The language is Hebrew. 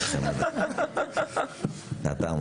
חבר